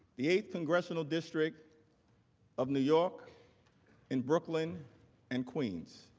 the eighth congressional district of new york and brooklyn and queens.